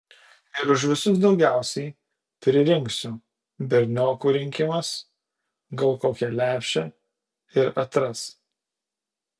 ir už visus daugiausiai pririnksiu berniokų rinkimas gal kokią lepšę ir atras